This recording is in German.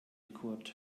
kurt